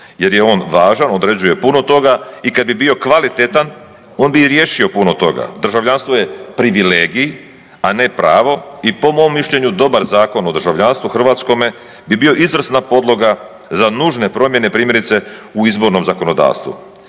jer je on važan, određuje puno toga i kad je bio kvalitetan, on bi i riješio puno toga. Državljanstvo je privilegij, a ne pravo i po mom mišljenju, dobar Zakon o državljanstvu hrvatskome bi bio izvrsna podloga za nužne promjene, primjerice u izbornom zakonodavstvu.